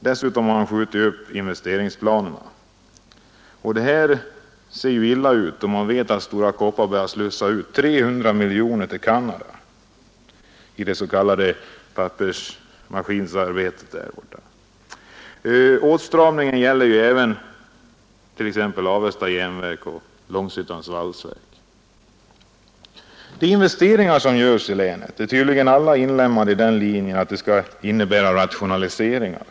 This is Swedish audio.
Dessutom har man skjutit upp investeringsplanerna. Det ser illa ut då man vet att Stora Kopparberg har slussat ut 300 miljoner kronor till Canada i det s.k. pappersmaskinsarbetet där. Åtstramningen gäller även t.ex. Avesta jernverk och Långshyttans valsverk. De investeringar som nu görs i länet är tydligen alla inlemmade i förhoppningen att de skall innebära rationaliseringar.